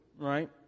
right